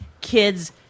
kid's